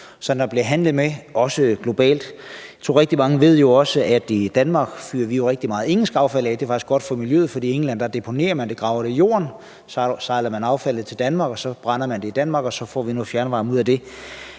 som der bliver handlet med, også globalt. Jeg tror, at rigtig mange ved, at i Danmark fyrer vi rigtig meget engelsk affald af. Det er faktisk godt for miljøet, for i England deponerer man det, graver det i jorden. Man sejler så affaldet til Danmark, og så brænder vi det i Danmark og får noget fjernvarme ud af det.